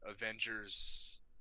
avengers